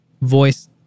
voice